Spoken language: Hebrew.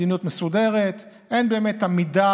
אין באמת מדיניות מסודרת,